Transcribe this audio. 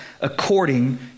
according